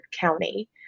County